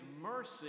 mercy